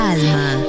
Alma